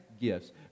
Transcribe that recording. gifts